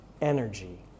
energy